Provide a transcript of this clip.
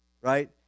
right